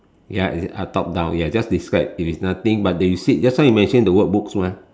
ya uh top down ya just describe if it's nothing but then you said just now you mention the word books mah